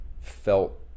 felt